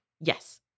Yes